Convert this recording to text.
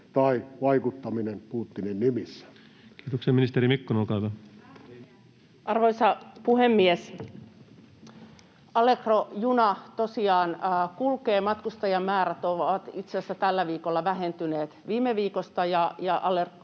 Antikainen: Tärkeä kysymys!] Kiitoksia. — Ministeri Mikkonen, olkaa hyvä. Arvoisa puhemies! Al-legro-juna tosiaan kulkee. Matkustajamäärät ovat itse asiassa tällä viikolla vähentyneet viime viikosta,